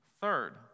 Third